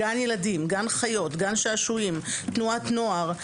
גן ילדים, גן חיות, גן שעשועים, תנועת נוער.